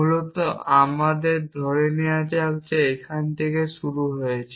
মূলত আমাদের ধরে নেওয়া যাক যে এখানে থেকে শুরু হয়েছে